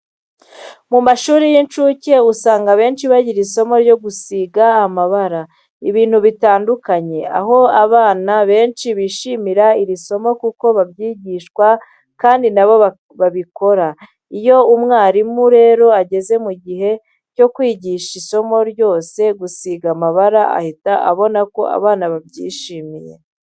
Mu mashuri y'incuke usanga akenshi bagira isomo ryo gusiga amabara ibintu bitandukanye, aho abana benshi bishimira iri somo kuko babyigishwa kandi na bo babikora. Iyo umwarimu rero ageze mu gihe cyo kwigisha isomo ryo gusiga amabara ahita abona ko abana babyishimiye.